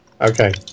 Okay